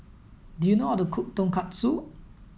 do you know how to cook Tonkatsu